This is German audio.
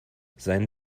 seien